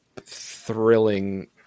thrilling